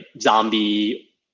zombie